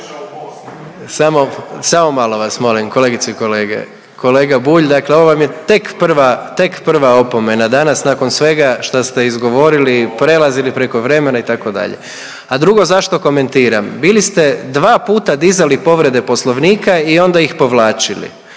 samo malo vas molim kolegice i kolege. Kolega Bulj, dakle ovo vam je tek prva, tek prva opomena danas nakon svega šta ste izgovorili, prelazili preko vremena itd., a drugo zašto komentiram? Bili ste dva puta dizali povrede Poslovnika i onda ih povlačili